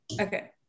Okay